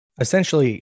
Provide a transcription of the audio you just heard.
essentially